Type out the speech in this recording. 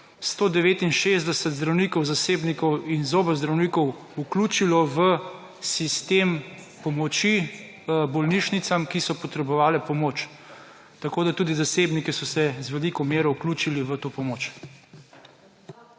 169 zdravnikov zasebnikov in zobozdravnikov vključilo v sistem pomoči bolnišnicam, ki so potrebovale pomoč, tako da, tudi zasebniki so se z veliko mero vključili v to pomoč.